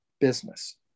business